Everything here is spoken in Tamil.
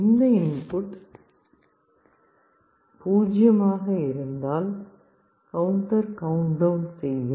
இந்த இன்புட் 0 ஆக இருந்தால் கவுண்டர் கவுண்ட் டவுன் செய்யும்